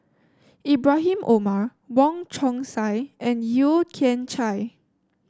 Ibrahim Omar Wong Chong Sai and Yeo Kian Chai